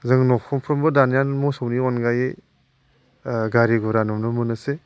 जों न'खरफ्रोमबो दानिया मोसौनि अनगायै गारि घरा नुनो मोनोसै